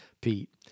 Pete